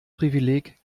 privileg